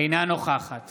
אינה נוכחת